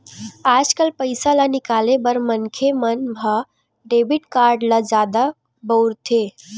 आजकाल पइसा ल निकाले बर मनखे मन ह डेबिट कारड ल जादा बउरथे